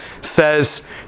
says